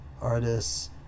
artists